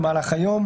יבוא: